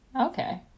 okay